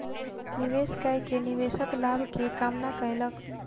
निवेश कय के निवेशक लाभ के कामना कयलक